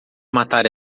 matar